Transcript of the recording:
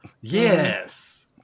Yes